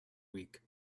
week